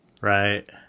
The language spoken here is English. right